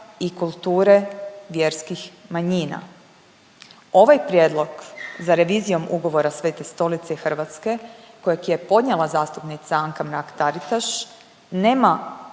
i kulture vjerskih manjina. Ovaj prijedlog za revizijom ugovora Svete stolice i Hrvatske kojeg je podnijela zastupnica Anka Mrak Taritaš, nema